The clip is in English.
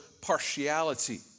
partiality